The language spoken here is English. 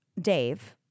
Dave